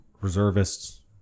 reservists